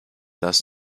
das